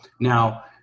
Now